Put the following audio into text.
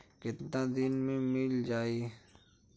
कितना दिन में मील जाई?